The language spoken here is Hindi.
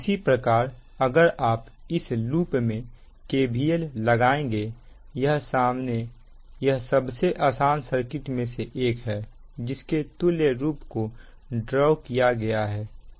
इसी प्रकार अगर आप इस लूप में KVL लगाएंगे यह सबसे आसान सर्किट में से एक है जिसके तुल्य रूप को ड्रॉ किया गया है